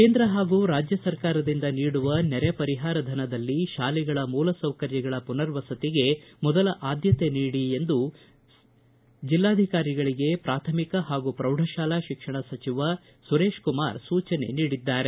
ಕೇಂದ್ರ ಹಾಗೂ ರಾಜ್ಯ ಸರ್ಕಾರದಿಂದ ನೀಡುವ ನೆರೆ ಪರಿಹಾರ ಧನದಲ್ಲಿ ತಾಲೆಗಳ ಮೂಲ ಸೌಕರ್ಯಗಳ ಪುನರ್ವಸತಿಗೆ ಮೊದಲ ಆದ್ದತೆ ನೀಡಿ ಎಂದು ಜಿಲ್ಲಾಧಿಕಾರಿಗಳಿಗೆ ಪ್ರಾಥಮಿಕ ಹಾಗೂ ಪ್ರೌಢಶಾಲಾ ಶಿಕ್ಷಣ ಖಾತೆ ಸಚಿವ ಸುರೇಶ್ ಕುಮಾರ್ ಸೂಚನೆ ನೀಡಿದ್ದಾರೆ